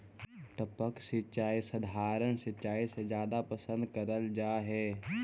टपक सिंचाई सधारण सिंचाई से जादा पसंद करल जा हे